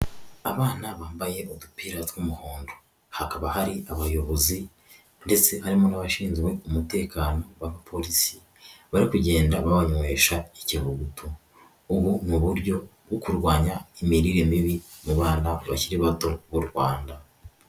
Abana bambaye udupira tw'umuhondo, hakaba hari abayobozi ndetse harimo n'abashinzwe umutekano b'abapolisi bari kugenda babanywesha ikivuguto, ubu ni uburyo bwo kurwanya imirire mibi mu bana bakiri bato b'u Rwanda.